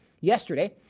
Yesterday